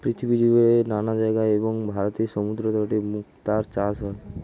পৃথিবীজুড়ে নানা জায়গায় এবং ভারতের সমুদ্রতটে মুক্তার চাষ হয়